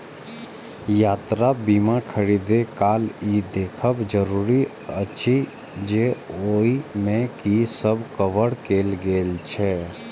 यात्रा बीमा खरीदै काल ई देखब जरूरी अछि जे ओइ मे की सब कवर कैल गेल छै